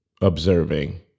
observing